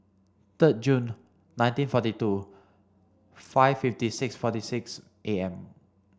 third June nineteen forty two five fifty six forty six A M